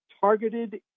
Targeted